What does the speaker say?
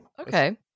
Okay